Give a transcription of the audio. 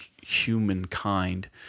humankind –